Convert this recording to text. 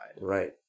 Right